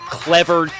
clever